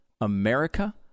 America